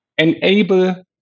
enable